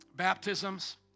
baptisms